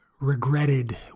regretted